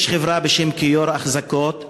יש חברה בשם "קירור אחזקות",